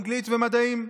אנגלית ומדעים,